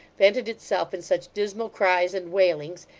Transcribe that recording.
vented itself in such dismal cries and wailings,